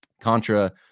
Contra